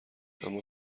اما